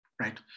right